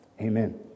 Amen